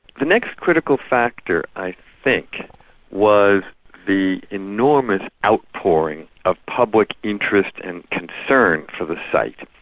the next critical factor i think was the enormous outpouring of public interest and concern for the site.